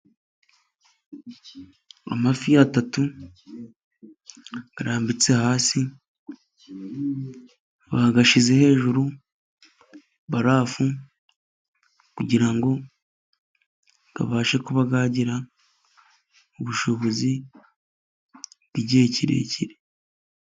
Amafi atatu arambitse hasi, bayashyizeho hejuru barafu, kugira ngo abashe kuba yagira ubushobozi bw'igihe kirekire.